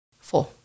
Four